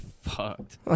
fucked